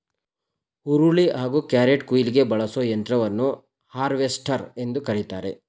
ಹುರುಳಿ ಹಾಗೂ ಕ್ಯಾರೆಟ್ಕುಯ್ಲಿಗೆ ಬಳಸೋ ಯಂತ್ರವನ್ನು ಹಾರ್ವೆಸ್ಟರ್ ಎಂದು ಕರಿತಾರೆ